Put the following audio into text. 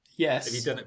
Yes